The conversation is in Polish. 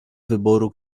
wyboru